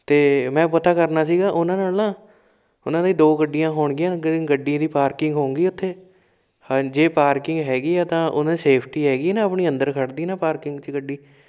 ਅਤੇ ਮੈਂ ਪਤਾ ਕਰਨਾ ਸੀਗਾ ਉਹਨਾਂ ਨਾਲ ਨਾ ਉਹਨਾਂ ਦਾ ਹੀ ਦੋ ਗੱਡੀਆਂ ਹੋਣਗੀਆਂ ਗੱਡੀ ਦੀ ਪਾਰਕਿੰਗ ਹੋਊਗੀ ਉੱਥੇ ਹਾਂ ਜੇ ਪਾਰਕਿੰਗ ਹੈਗੀ ਆ ਤਾਂ ਉਹਨਾਂ ਸੇਫਟੀ ਹੈਗੀ ਨਾ ਆਪਣੀ ਅੰਦਰ ਖੜਦੀ ਨਾ ਪਾਰਕਿੰਗ 'ਚ ਗੱਡੀ